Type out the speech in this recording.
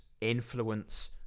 influence